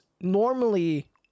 normally